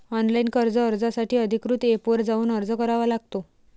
online कर्ज अर्जासाठी अधिकृत एपवर जाऊन अर्ज करावा लागतो